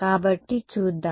కాబట్టి చూద్దాం